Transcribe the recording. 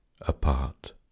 apart